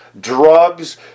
drugs